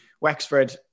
Wexford